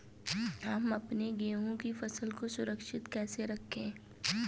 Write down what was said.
हम अपने गेहूँ की फसल को सुरक्षित कैसे रखें?